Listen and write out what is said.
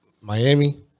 Miami